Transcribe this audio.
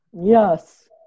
Yes